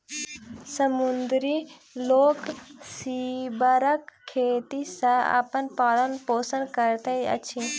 समुद्री लोक सीवरक खेती सॅ अपन पालन पोषण करैत अछि